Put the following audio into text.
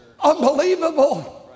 unbelievable